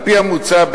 על-פי המוצע,